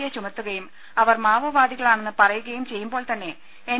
A ചുമത്തുകയും അവർ മാവോവാദികളാണെന്ന് പറയുകയും ചെയ്യുമ്പോൾതന്നെ എൻ